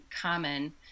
common